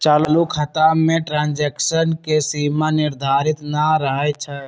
चालू खता में ट्रांजैक्शन के सीमा निर्धारित न रहै छइ